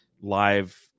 live